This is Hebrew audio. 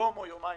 יום או יומיים,